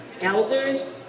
Elders